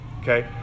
Okay